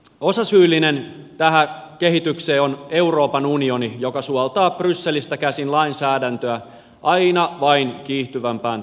osasyyllinen tähän kehitykseen on euroopan unioni joka suoltaa brysselistä käsin lainsäädäntöä aina vain kiihtyvämpään tahtiin